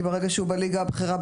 כי ברגע שהוא בליגה הבכירה,